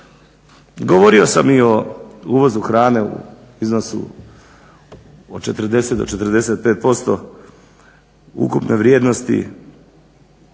Govorio sam i o uvozu hrane u iznosu od 40 do 45% ukupne vrijednosti